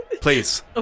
Please